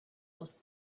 aus